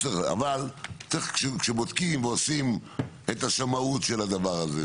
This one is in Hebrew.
אבל כשבאים ובודקים ועושים את השמאות של הדבר הזה,